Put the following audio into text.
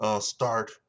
start